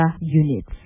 units